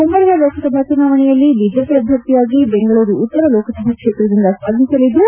ಮುಂಬರುವ ಲೋಕಸಭಾ ಚುನಾವಣೆಯಲ್ಲಿ ಬಿಜೆಪಿ ಅಭ್ಯರ್ಥಿಯಾಗಿ ಬೆಂಗಳೂರು ಉತ್ತರ ಲೋಕಸಭಾ ಕ್ಷೇತ್ರದಿಂದ ಸ್ಪರ್ಧಿಸಲಿದ್ದು